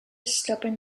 stubborn